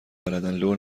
بلدن، لو